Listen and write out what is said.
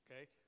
okay